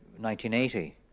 1980